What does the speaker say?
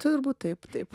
turbūt taip taip